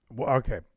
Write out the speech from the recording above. Okay